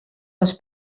les